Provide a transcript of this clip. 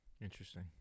Interesting